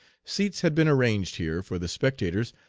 seats had been arranged here for the spectators,